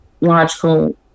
logical